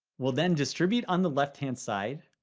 we'll then distribute on the left-hand side